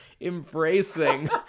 embracing